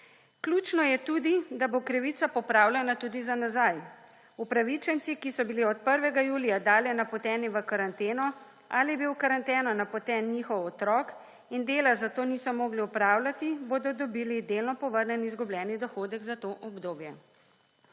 Ključno je tudi da bo krivica popravljena tudi za nazaj. Upravičenci, ki so bili od 1. julija dalje napoteni v karanteno ali je bil v karanteno napoten njihov otrok in dela zato niso mogli opravljati bodo dobili delno povrnjen izgubljeni dohodek za to obdobje.